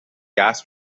gas